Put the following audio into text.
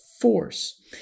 force